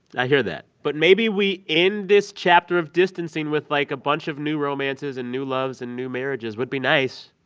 i hear that. but maybe we end this chapter of distancing with, like, a bunch of new romances and new loves and new marriages would be nice.